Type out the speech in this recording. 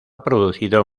producido